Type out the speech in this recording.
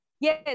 Yes